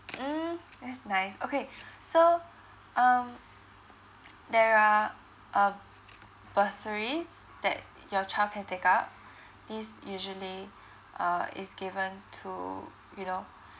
mm that's nice okay so um there are uh bursaries that your child can take up this usually uh is given to you know